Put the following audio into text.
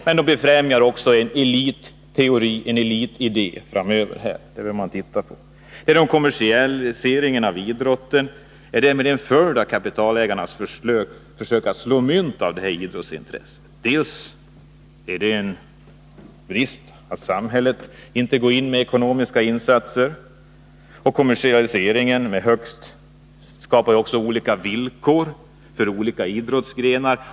Men de befrämjar framöver också en elitteori, en elitidé. Det bör man ha uppmärksamheten på. Kommersialiseringen av idrotten är en följd dels av kapitalägarnas försök att slå mynt av idrottsintresset, dels av otillräckliga samhälleliga ekonomiska insatser. Kommersialiseringen medför högst olikartade villkor för olika idrottsgrenar.